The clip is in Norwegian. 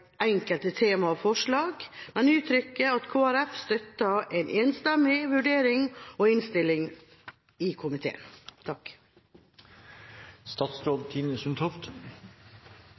enkelte temaene og forslagene, men jeg vil uttrykke at Kristelig Folkeparti støtter en enstemmig vurdering og innstilling fra komiteen.